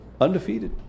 Undefeated